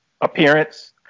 appearance